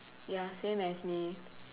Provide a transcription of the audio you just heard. ya same as me